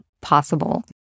possible